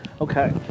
Okay